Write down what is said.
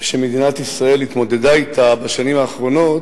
שמדינת ישראל התמודדה אתה בשנים האחרונות,